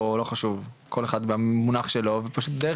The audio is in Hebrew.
או לא חשוב כל אחד במונח שלו ופשוט דרך